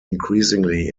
increasingly